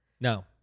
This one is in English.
No